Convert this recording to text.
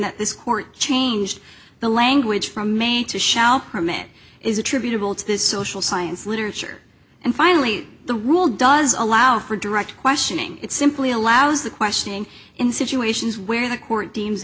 that this court changed the language from maine to shall permit is attributable to this social science literature and finally the rule does allow for direct questioning it simply allows the questioning in situations where the court deem